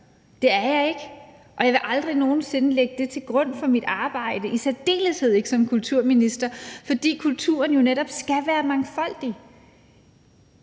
Det er jeg ikke, og jeg vil aldrig nogen sinde lægge det til grund for mit arbejde, i særdeleshed ikke som kulturminister, fordi kulturen jo netop skal være mangfoldig.